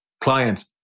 client